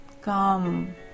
come